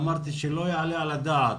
אמרתי שלא יעלה על הדעת